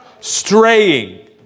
straying